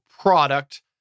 product